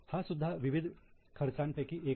हा सुद्धा विविध खरचं पैकी एक आहे